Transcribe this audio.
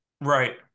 Right